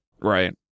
Right